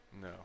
No